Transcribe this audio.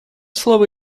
слово